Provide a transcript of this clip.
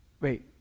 wait